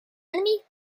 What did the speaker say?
enemy